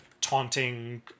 taunting